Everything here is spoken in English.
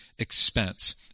expense